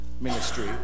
ministry